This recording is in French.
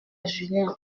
julien